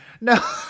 No